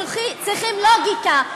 צריכים לוגיקה,